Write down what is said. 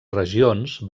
regions